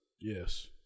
Yes